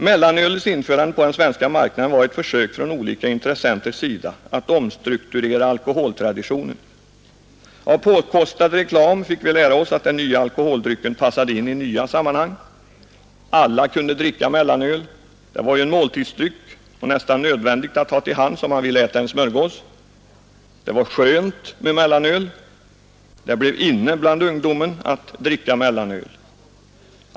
Mellanölets införande på den svenska marknaden var ett försök från olika intressenters sida att omstrukturera alkoholtraditionen. Av påkos tad reklam fick vi lära oss att den nya alkoholdrycken passade in i nya sammanhang. Alla kunde dricka mellanöl, det var ju en måltidsdryck nästan nödvändig att ha till hands om man ville äta en smörgås. Det var skönt med mellanöl. Det blev inne bland ungdomen att dricka mellanöl.